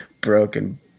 broken